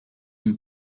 and